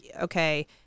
okay –